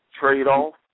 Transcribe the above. trade-off